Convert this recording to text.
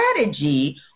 strategy